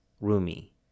Rumi